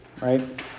right